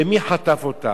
ומי חטף אותה?